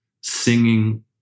singing